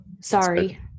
Sorry